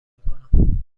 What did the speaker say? میکنم